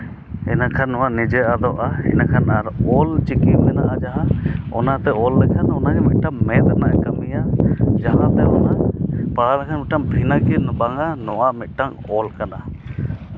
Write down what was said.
ᱤᱱᱟᱹ ᱠᱷᱟᱱ ᱦᱚᱸ ᱱᱤᱡᱮ ᱟᱫᱚ ᱮᱸᱰᱮᱠᱷᱟᱱ ᱟᱨᱚ ᱚᱞ ᱪᱤᱠᱤ ᱢᱮᱱᱟᱜᱼᱟ ᱚᱱᱟᱛᱮ ᱚᱞ ᱞᱮᱠᱷᱟᱱ ᱚᱱᱮ ᱢᱤᱫᱴᱟᱝ ᱢᱮᱫ ᱨᱮᱱᱟᱜ ᱮ ᱠᱟᱹᱢᱤᱭᱟ ᱡᱟᱦᱟᱸᱛᱮ ᱚᱱᱟ ᱯᱟᱲᱟᱦᱟᱣ ᱞᱮᱱᱠᱷᱟᱱ ᱵᱷᱤᱱᱟᱹᱜᱮ ᱵᱟᱝᱟ ᱱᱚᱣᱟ ᱢᱤᱫᱴᱟᱝ ᱚᱞ ᱠᱟᱱᱟ